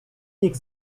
nich